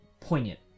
poignant